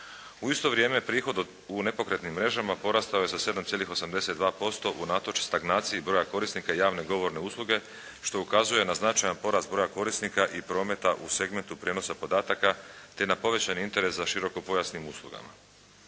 U isto vrijeme prihod u nepokretnim mrežama porastao je sa 7,82% unatoč stagnaciji broja korisnika javne govorne usluge što ukazuje na značajan porast broja korisnika i prometa u segmentu prijenosa podataka, te na povećani interes za širokopojasnim uslugama.